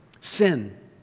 Sin